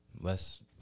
Less